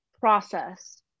process